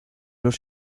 los